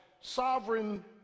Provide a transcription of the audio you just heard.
sovereign